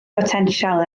botensial